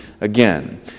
Again